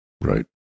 Right